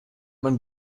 man